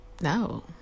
No